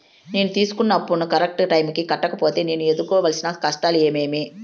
నేను తీసుకున్న అప్పును కరెక్టు టైముకి కట్టకపోతే నేను ఎదురుకోవాల్సిన కష్టాలు ఏమీమి?